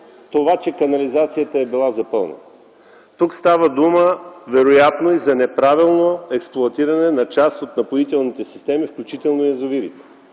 това, че канализацията е била запълнена. Тук става дума вероятно и за неправилно експлоатиране на част от напоителните системи, включително и язовирите.